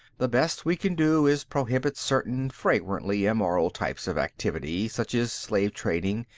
the best we can do is prohibit certain flagrantly immoral types of activity, such as slave-trading,